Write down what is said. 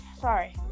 Sorry